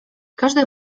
każdy